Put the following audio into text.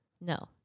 No